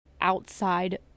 outside